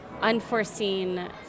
unforeseen